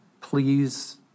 please